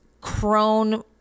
crone